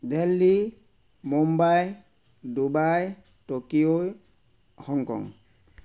Delhi Mumbai Dubai Tokyo Hong Kong